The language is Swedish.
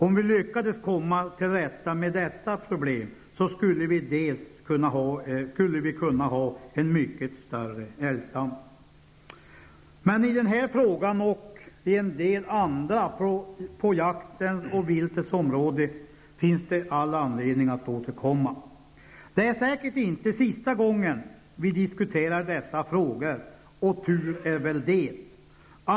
Om vi lyckas komma till rätta med detta problem, skulle vi kunna ha en mycket större älgstam. I den här frågan, och i en del andra på jaktens och viltets område, finns det anledning att återkomma. Det är säkert inte sista gången vi diskuterar dessa frågor, och tur är väl det.